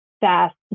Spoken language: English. fast